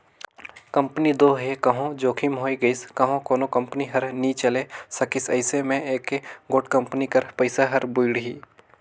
company दो हे कहों जोखिम होए गइस कहों कोनो कंपनी हर नी चले सकिस अइसे में एके गोट कंपनी कर पइसा हर बुड़ही